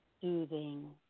soothing